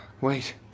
wait